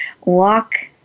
walk